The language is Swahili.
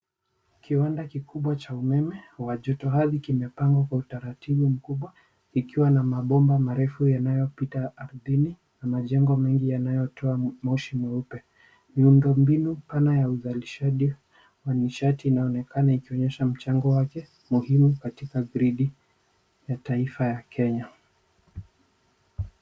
Kiwanda kikubwa cha umeme wa joto ardhi kimepangwa kwa utaratibu mkubwa kikiwa na mabomba marefu yanayo pita ardhini na majengo mengi yanayo toa moshi mweupe. Miundo mbinu pana ya uzalishaji wa nishati inaoneka ikionyesha mchango wake muhimu katika grid ya taifa ya Kenya.